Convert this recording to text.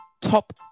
top